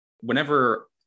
Whenever